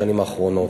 בשנים האחרונות.